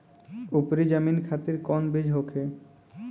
उपरी जमीन खातिर कौन बीज होखे?